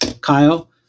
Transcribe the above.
Kyle